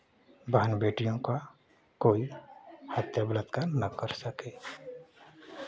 बहन बेटियों का कोई हत्या बलात्कार ना कर सके